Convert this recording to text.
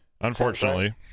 Unfortunately